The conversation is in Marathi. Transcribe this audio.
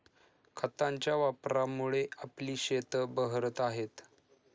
खतांच्या वापरामुळे आपली शेतं बहरत आहेत